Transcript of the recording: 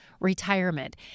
retirement